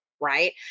right